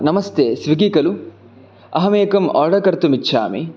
नमस्ते स्विग्गी खलु अहम् एकम् आर्डर् कर्तुम् इच्छामि